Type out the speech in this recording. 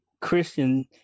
Christian